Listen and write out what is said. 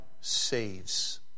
saves